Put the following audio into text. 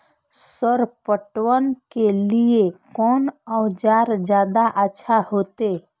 Sir पटवन के लीऐ कोन औजार ज्यादा अच्छा होते?